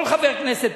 כל חבר כנסת,